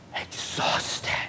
exhausted